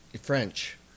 French